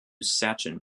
sachin